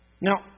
Now